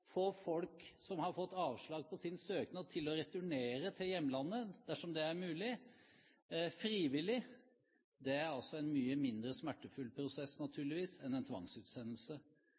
få folk som har fått avslag på sin søknad, til å returnere til hjemlandet dersom det er mulig, frivillig, er en mye mindre smertefull prosess naturligvis enn en tvangsutsendelse.